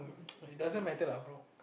hm it doesn't matter lah bro